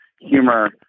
humor